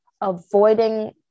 avoiding